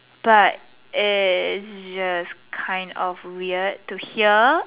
but is just kind of weird to hear